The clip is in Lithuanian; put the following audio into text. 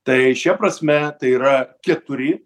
tai šia prasme tai yra keturi